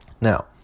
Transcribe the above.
Now